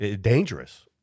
dangerous